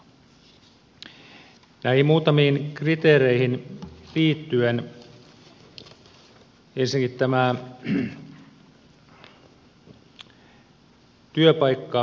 näihin muutamiin kriteereihin liittyen ensinnäkin tämä työpaikkaomavaraisuuskriteeri